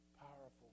powerful